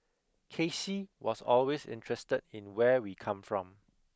K C was always interested in where we come from